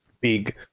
big